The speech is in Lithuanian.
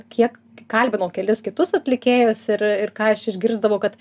kiek kalbinau kelis kitus atlikėjus ir ir ką aš išgirsdavau kad